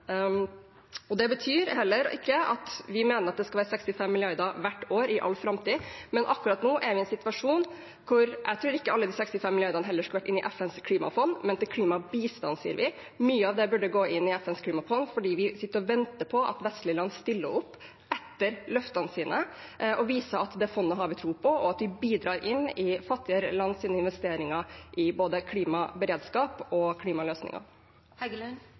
Det betyr heller ikke at vi mener at det skal være 65 mrd. kr hvert år i all framtid, men akkurat nå er vi i en situasjon hvor jeg ikke tror at alle de 65 mrd. kr heller skulle vært inne i FNs klimafond, men til klimabistand, sier vi. Mye av det burde gå inn i FNs klimafond fordi vi sitter og venter på at vestlige land stiller opp etter løftene sine og viser at det fondet har man tro på, og at man bidrar inn i fattigere lands investeringer i både klimaberedskap og